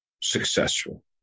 successful